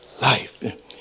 life